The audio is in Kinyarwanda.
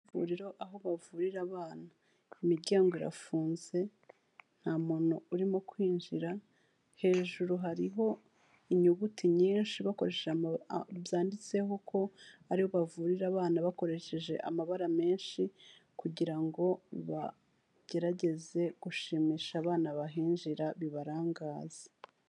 Ivuriro aho bavurira abana, imiryango irafunze nta muntu urimo kwinjira, hejuru hariho inyuguti nyinshi bakoresheje, byanditseho ko ariho bavurira abana bakoresheje amabara menshi, kugira ngo bagerageze gushimisha abana bahinjira bibarangaze.